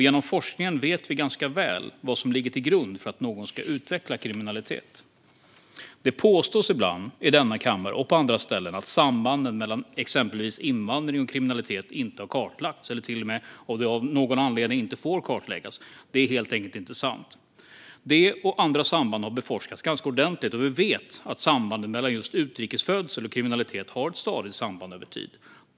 Genom forskningen vet vi ganska väl vad som ligger till grund för att någon ska utveckla kriminalitet. Det påstås ibland i denna kammare och på andra ställen att sambandet mellan exempelvis invandring och kriminalitet inte har kartlagts eller till och med att det av någon anledning inte får kartläggas. Det är helt enkelt inte sant. Detta och andra samband har beforskats ganska ordentligt, och vi vet att sambandet mellan just utrikesfödsel och kriminalitet har ett stadigt samband över tid.